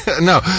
No